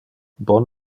bon